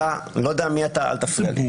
לא הפרעתי לך, אני לא יודע מי אתה, אל תפריע לי.